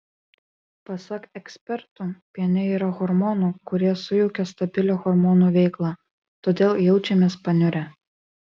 pasak ekspertų piene yra hormonų kurie sujaukia stabilią hormonų veiklą todėl jaučiamės paniurę